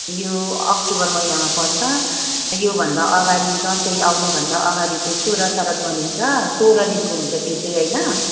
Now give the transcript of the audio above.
यो अक्टोबर महिनामा पर्छ योभन्दा अगाडि दसैँ आउनुभन्दा अगाडि चाहिँ सोह्र सराद भनिन्छ सोह्र दिनको हुन्छ त्यो चाहिँ होइन